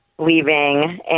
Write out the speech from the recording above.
leaving